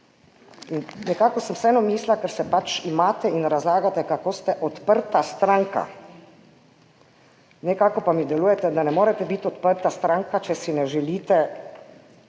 Nekako sem vseeno mislila, ker se pač imate in razlagate, kako ste odprta stranka, nekako pa mi delujete, da ne morete biti odprta stranka, če si ne želite